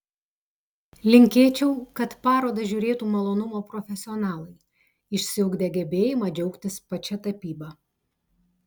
linkėčiau kad parodą žiūrėtų malonumo profesionalai išsiugdę gebėjimą džiaugtis pačia tapyba